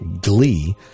glee